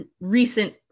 recent